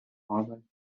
harvard